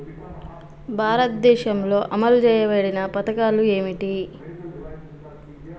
భారతదేశంలో అమలు చేయబడిన పథకాలు ఏమిటి?